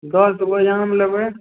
दश गो आम लेबै